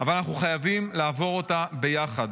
אבל אנחנו חייבים לעבור אותה ביחד.